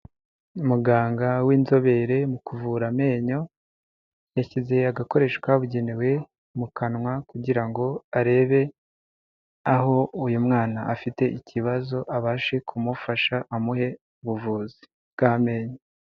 Umuganga w'inzobere mu kuvura amenyo yashyize agakoresho kabugenewe mu kanwa kugira ngo arebe aho uyu mwana afite ikibazo, abashe kumufasha amuhe ubuvuzi bw'amenyo.